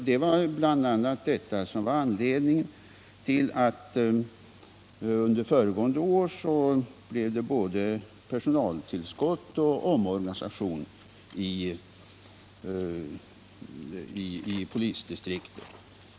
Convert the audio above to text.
Det var bl.a. av den anledningen som man under föregående år fick både personaltillskott och en omorganisation i polisdistriktet.